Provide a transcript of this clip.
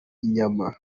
inyama